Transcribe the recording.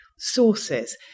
sources